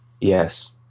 Yes